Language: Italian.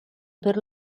per